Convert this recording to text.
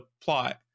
plot